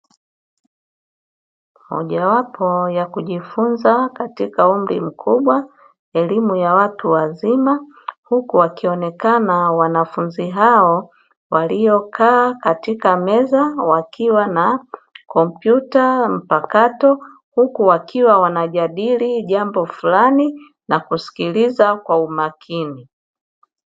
Mojawapo ya kujifunza katika umri mkubwa (elimu ya watu wazima) huku wakionekana wanafunzi hao waliokaa katika meza, wakiwa na kompyuta mpakato huku wakiwa wanajadili jambo fulani na kusikiliza kwa umakini.